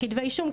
כתבי האישום,